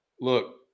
look